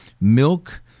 Milk